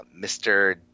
Mr